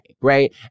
right